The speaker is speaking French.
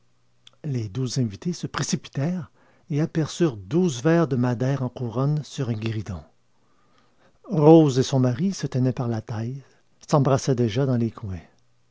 les douze invités se précipitèrent et aperçurent douze verres de madère en couronne sur un guéridon rose et son mari se tenaient par la taille s'embrassaient déjà dans les coins